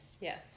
Yes